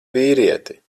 vīrieti